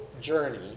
journey